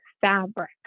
fabric